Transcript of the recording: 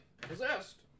possessed